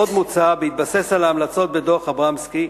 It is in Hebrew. עוד מוצע, בהתבסס על ההמלצות בדוח-אברמסקי,